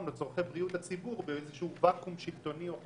או צרכי בריאות לציבור באיזה שהוא ואקום שלטוני או חוקתי.